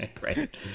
Right